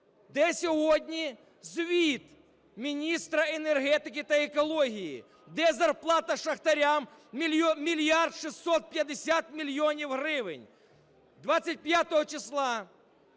Де сьогодні звіт міністра енергетики та екології? Де зарплата шахтарям 1 мільярд 650 мільйонів гривень? 25 числа